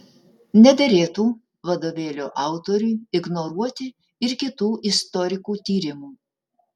nederėtų vadovėlio autoriui ignoruoti ir kitų istorikų tyrimų